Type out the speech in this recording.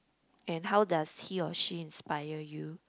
and how does he or she inspire you